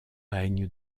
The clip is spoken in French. règne